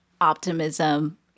optimism